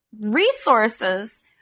resources